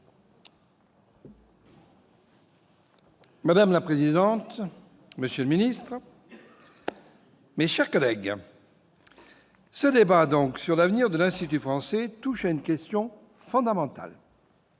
Madame la présidente, monsieur le secrétaire d'État, mes chers collègues, ce débat sur l'avenir de l'Institut français touche à une question fondamentale,